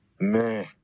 Man